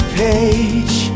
page